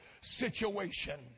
situation